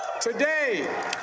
Today